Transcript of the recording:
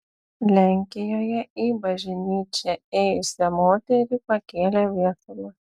lenkijoje į bažnyčią ėjusią moterį pakėlė viesulas